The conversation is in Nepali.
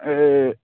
ए